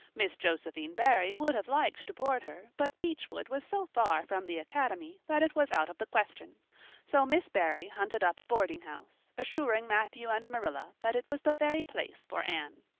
miss josephine barry would have liked to board her, but beechwood was so far from the academy that it was out of the question so miss barry hunted up a boarding-house, assuring matthew and marilla that it was the very place for anne.